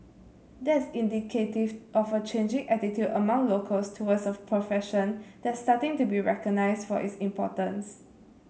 that's indicative of a changing attitude among locals towards a profession that's starting to be recognised for its importance